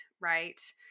Right